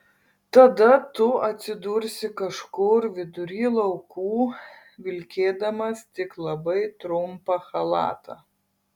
tada tu atsidursi kažkur vidury laukų vilkėdamas tik labai trumpą chalatą